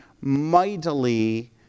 mightily